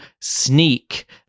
sneak